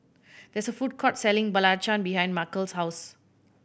there is a food court selling belacan behind Markell's house